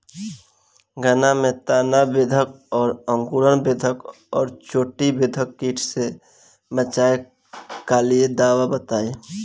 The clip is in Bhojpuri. गन्ना में तना बेधक और अंकुर बेधक और चोटी बेधक कीट से बचाव कालिए दवा बताई?